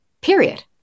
period